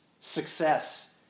success